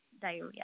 diarrhea